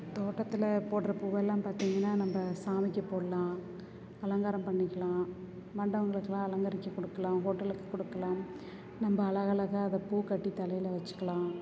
தோட்டத்தில் போடுற பூவெல்லாம் பார்த்திங்கன்னா நம்ம சாமிக்கு போடலாம் அலங்காரம் பண்ணிக்கலாம் மண்டபங்களுக்கெலாம் அலங்கரிக்க கொடுக்கலாம் ஹோட்டலுக்கு கொடுக்கலாம் நம்ம அழகா அழகா அதை பூ கட்டி தலையில் வச்சுக்கலாம்